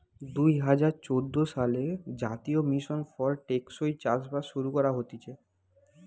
দুই হাজার চোদ্দ সালে জাতীয় মিশন ফর টেকসই চাষবাস শুরু করা হতিছে